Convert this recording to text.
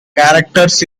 characters